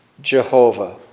Jehovah